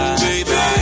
baby